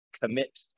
commit